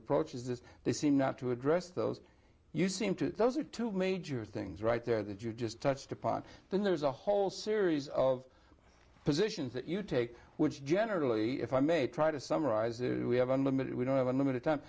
approach is that they seem not to address those you seem to those are two major things right there that you just touched upon then there's a whole series of positions that you take which generally if i may try to summarize it we have unlimited we don't have unlimited time